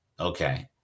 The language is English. Okay